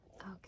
okay